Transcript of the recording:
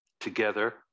together